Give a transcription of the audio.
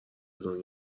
دنیا